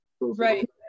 right